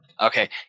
Okay